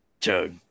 chug